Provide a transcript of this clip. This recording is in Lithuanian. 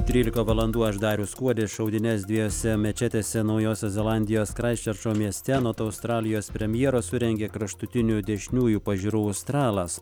trylika valandų aš darius kuodis šaudynes dviejose mečetėse naujosios zelandijos kraistčerčo mieste anot australijos premjero surengė kraštutinių dešiniųjų pažiūrų australas